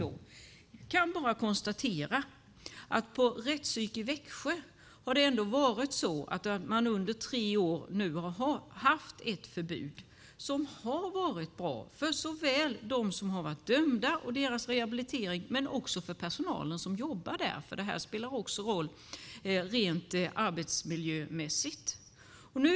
Jag kan bara konstatera att på rättspsyk i Växjö har det ändå varit så att man under tre år haft ett förbud som har varit bra såväl för de dömda och deras rehabilitering som för personalen som jobbar där, för det här spelar också roll rent arbetsmiljömässigt.